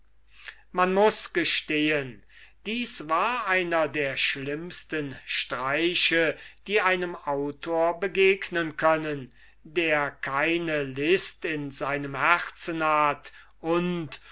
man muß gestehen dies war einer der schlimmsten streiche die einem autor begegnen können der keine list in seinem herzen hat und